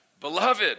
Beloved